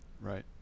Right